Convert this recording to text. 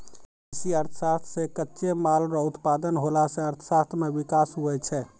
कृषि अर्थशास्त्र से कच्चे माल रो उत्पादन होला से अर्थशास्त्र मे विकास हुवै छै